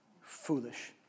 Foolish